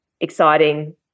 exciting